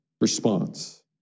response